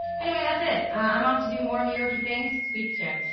anyway, that's it. i'm off to do more new york-y things. squeaky chair.